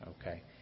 Okay